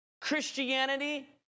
Christianity